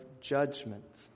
judgment